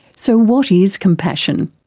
so what is compassion?